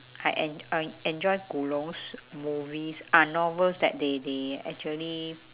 I en~ I enjoy 古龙's movies are novels that they they actually